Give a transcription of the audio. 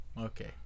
okay